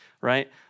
Right